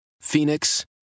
Phoenix